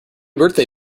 birthday